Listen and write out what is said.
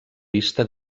vista